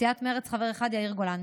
סיעת מרצ, חבר אחד: יאיר גולן.